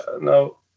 No